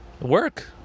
Work